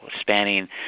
spanning